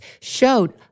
showed